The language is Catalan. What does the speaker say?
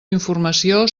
informació